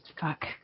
fuck